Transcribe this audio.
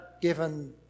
given